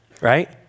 right